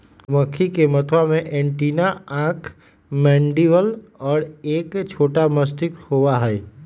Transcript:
मधुमक्खी के मथवा में एंटीना आंख मैंडीबल और एक छोटा मस्तिष्क होबा हई